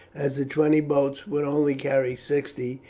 as the twenty boats would only carry sixty,